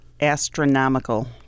astronomical